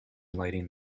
lighting